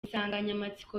insanganyamatsiko